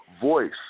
voice